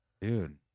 dude